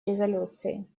резолюции